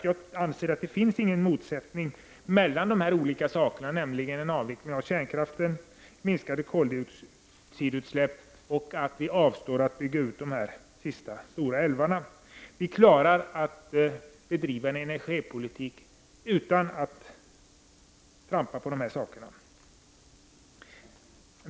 Jag anser att det inte finns någon motsättning mellan en avveckling av kärnkraften, minskade koldioxidutsläpp och bevarandet av de sista stora orörda älvarna. Vi klarar att driva en energipolitik utan att trampa på dessa saker.